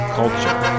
culture